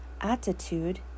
Attitude